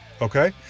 okay